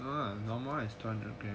no ah normal [one] is two hundred gram